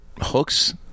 hooks